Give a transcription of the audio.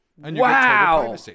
wow